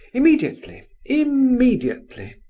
immediately, immediately!